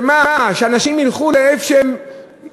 שמה, שאנשים ילכו למקום שמקלים?